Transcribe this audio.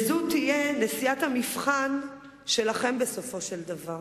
זאת תהיה נסיעת המבחן שלכם, בסופו של דבר.